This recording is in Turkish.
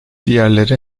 diğerleri